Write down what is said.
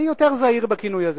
אני יותר זהיר בכינוי הזה.